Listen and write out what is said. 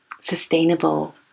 sustainable